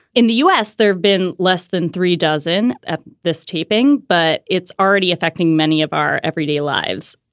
in the u s, there have been less than three dozen at this taping. but it's already affecting many of our everyday lives.